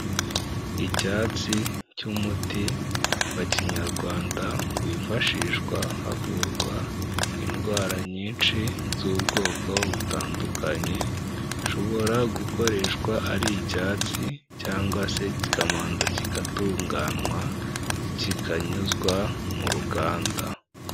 Icyatsi cy'umuti wa kinyarwanda wifashishwa havurwa indwara nyinshi z'ubwoko butandukanye. Ushobora gukoreshwa ari icyatsi cyangwa se kikabanza kigatunganywa kikanyuzwa mu ruganda.